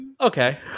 Okay